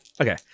Okay